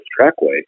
trackway